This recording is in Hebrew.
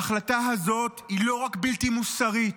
ההחלטה הזאת היא לא רק בלתי מוסרית,